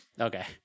Okay